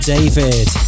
David